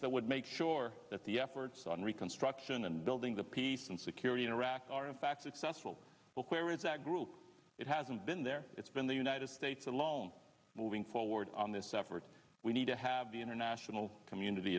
that would make sure that the efforts on reconstruction and building the peace and security in iraq are in fact successful where is that group it hasn't been there it's been the united states alone moving forward on this effort we need to have the international community